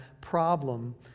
problem